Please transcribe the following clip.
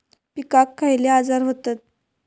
पिकांक खयले आजार व्हतत?